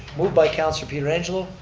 move by councilor pietrangelo,